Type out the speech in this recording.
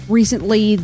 recently